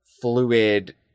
fluid